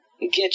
Get